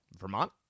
Vermont